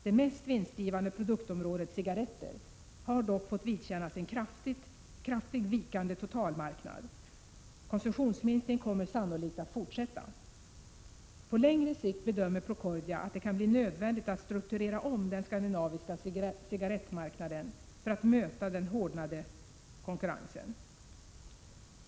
Det mest vinstgivande produktområdet cigaretter har dock fått vidkännas en kraftigt vikande totalmarknad. Konsumtionsminskningen kommer sannolikt att fortsätta. ——— På längre sikt bedömer Procordia att det kan bli nödvändigt att strukturera om den skandinaviska cigarettmarknaden för att möta den hårdnande konkurrensen.